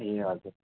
ए हजुर